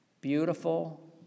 Beautiful